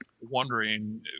wondering